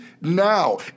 now